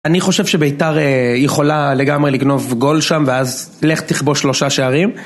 אני חושב שביתר היא יכולה לגמרי לגנוב גול שם ואז לך תכבוש שלושה שערים